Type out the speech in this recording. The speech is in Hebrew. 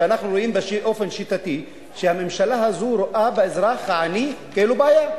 אנחנו רואים באופן שיטתי שהממשלה הזאת רואה באזרח העני כאילו בעיה,